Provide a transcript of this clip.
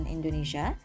Indonesia